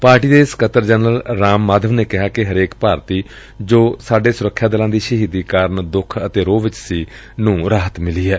party ਦੇ ਸਕੱਤਰ general Ram Madhav ਨੇ ਕਿਹਾ ਕਿ ਹਰੇਕ ਭਾਰਤੀ ਜੇ ਸਾਡੇ ਸੁਰੱਖਿਆ ਦਲਾਂ ਦੀ ਸ਼ਹੀਦੀ ਕਾਰਨ ਦੁੱਖ ਅਤੇ ਰੋਹ ਵਿਚ ਸੀ ਨੂੰ ਰਾਹਤ ਮਿਲੀ ਏ